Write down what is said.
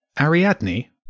Ariadne